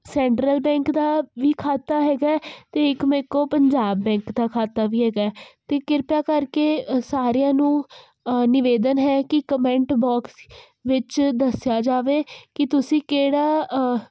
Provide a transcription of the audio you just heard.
central bank ਦਾ ਵੀ ਖਾਤਾ ਹੈਗਾ ਅਤੇ ਇੱਕ ਮੇਰੇ ਕੋਲ ਪੰਜਾਬ ਬੈਂਕ ਦਾ ਖਾਤਾ ਵੀ ਹੈਗਾ ਅਤੇ ਕਿਰਪਾ ਕਰਕੇ ਸਾਰਿਆਂ ਨੂੰ ਨਿਵੇਦਨ ਹੈ ਕਿ ਕਮੈਂਟ ਬਾਕਸ ਵਿੱਚ ਦੱਸਿਆ ਜਾਵੇ ਕਿ ਤੁਸੀਂ ਕਿਹੜਾ